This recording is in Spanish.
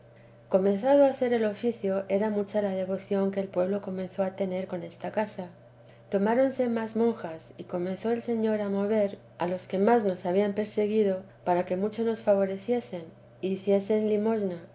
comenzado a hacer el oficio era mucha la devoción que el pueblo comenzó a tener con esta casa tomáronse más monjas y comenzó el señor a mover a los que más nos habían perseguido para que mucho nos favoreciesen o hiciesen limosna